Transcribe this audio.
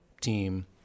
team